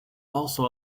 also